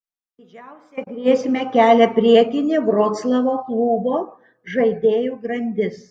didžiausią grėsmę kelia priekinė vroclavo klubo žaidėjų grandis